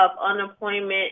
unemployment